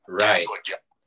right